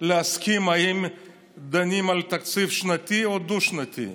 להסכים אם דנים על תקציב שנתי או דו-שנתי.